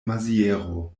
maziero